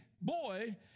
boy